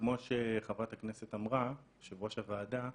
וכמו שחברת הכנסת יושבת ראש הוועדה אמרה,